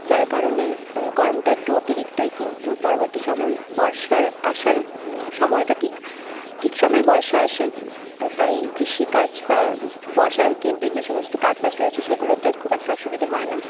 যার কারণে গরমটা একটু অতিরিক্তই কিন্তু পরবর্তী সময় বর্ষার আসার সময়টা ঠিক ঠিক সময় বর্ষা আসে তাই কৃষি কাজ বা বর্ষা কেন্দ্রিক যে সমস্ত কাজবাজ রয়েছে সেগুলোতে খুব একটা অসুবিধে হয় না